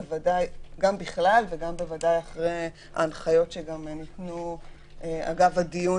גם בכלל וגם בוודאי אחרי ההנחיות שניתנו אגב הדיון